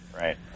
Right